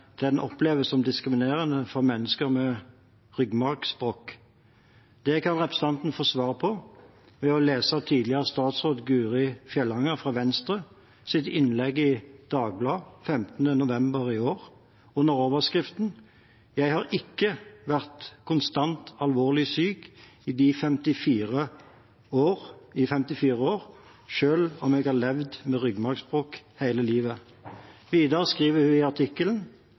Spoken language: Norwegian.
den oppleves som diskriminerende for mennesker med ryggmargsbrokk. Det kan representanten få svar på ved å lese tidligere statsråd Guro Fjellanger fra Venstres innlegg i Dagbladet den 15. november i år, under overskriften «Jeg har ikke vært konstant alvorlig sjuk i 54 år sjøl om jeg har levd med ryggmargsbrokk hele livet». I innlegget skriver hun: